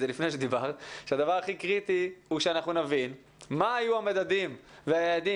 זה לפני שדיברת הוא שאנחנו נבין מה היו המדדים והיעדים